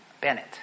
Bennett